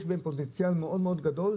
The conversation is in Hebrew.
שיש להם פוטנציאל מאוד גדול.